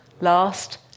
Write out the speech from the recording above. last